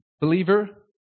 believer